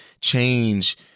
change